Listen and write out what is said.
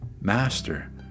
Master